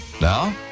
Now